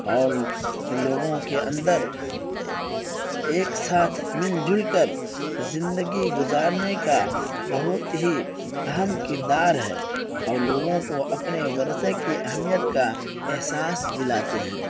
اور لوگوں کے اندر ایک ساتھ مل جل کر زندگی گزارنے کا بہت ہی اہم کردار ہے اور لوگوں کو اپنے ورثے کی اہمیت کا احساس دلاتے ہیں